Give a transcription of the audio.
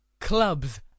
clubs